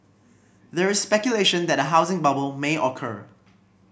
there is speculation that a housing bubble may occur